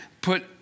put